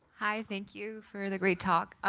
hi. thank you for the great talk.